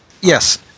Yes